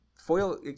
Foil